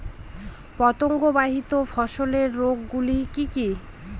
পতঙ্গবাহিত ফসলের রোগ গুলি কি কি?